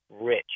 rich